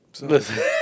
Listen